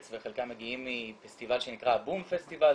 וחלקם מגיעים מפסטיבל שנקרא בום פסטיבל,